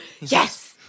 Yes